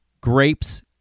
grapes